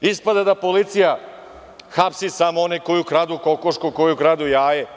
Ispada da policija hapsi samo one koji ukradu kokošku, koji ukradu jaje.